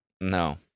No